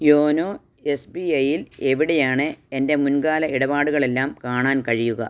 YONO S B ഐയിൽ എവിടെയാണ് എൻ്റെ മുൻകാല ഇടപാടുകളെല്ലാം കാണാൻ കഴിയുക